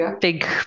big